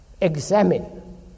examine